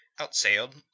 outsailed